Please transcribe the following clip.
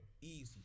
Easy